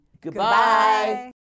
Goodbye